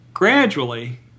Gradually